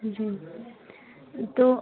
जी तो